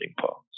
parts